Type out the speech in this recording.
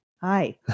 Hi